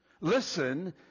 listen